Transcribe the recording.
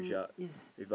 yes